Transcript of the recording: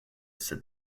said